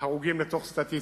הרוגים לסטטיסטיקה.